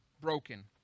broken